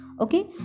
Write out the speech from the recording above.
okay